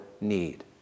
need